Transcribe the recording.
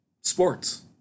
sports